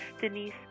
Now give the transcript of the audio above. Denise